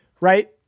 right